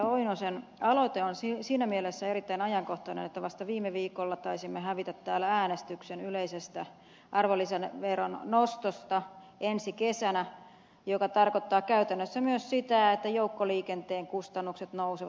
oinosen aloite on siinä mielessä erittäin ajankohtainen että vasta viime viikolla taisimme hävitä täällä äänestyksen yleisestä arvonlisäveron nostosta ensi kesänä mikä tarkoittaa käytännössä myös sitä että joukkoliikenteen kustannukset nousevat